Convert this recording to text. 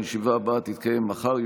הישיבה הבאה תתקיים מחר,